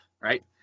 Right